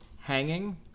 hanging